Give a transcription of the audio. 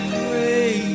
pray